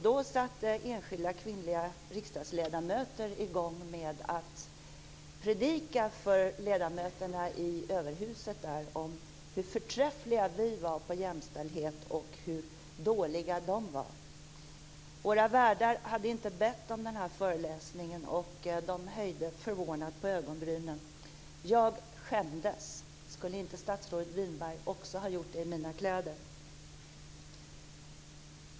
Då satte enskilda kvinnliga riksdagsledamöter i gång med att predika för ledamöterna i överhuset där om hur förträffliga vi var på jämställdhet och hur dåliga de var. Våra värdar hade inte bett om den här föreläsningen, och de höjde förvånat på ögonbrynen. Jag skämdes. Skulle inte statsrådet Winberg också gjort det i mina kläder?